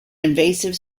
invasive